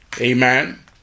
Amen